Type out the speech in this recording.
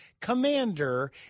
commander